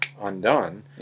undone